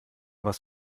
was